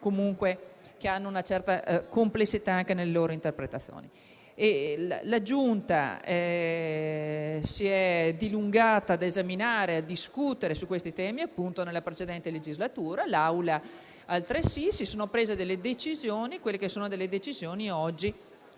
che hanno una certa complessità nelle loro interpretazioni. La Giunta si è dilungata ad esaminare e discutere questi temi nella precedente legislatura e l'Aula altresì, e si sono prese delle decisioni che oggi hanno originato